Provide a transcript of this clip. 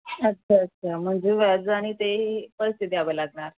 अच्छा अच्छा म्हणजे व्याज आणि ते पैसे द्यावं लागणार